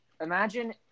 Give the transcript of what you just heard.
imagine